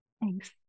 Thanks